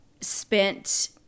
spent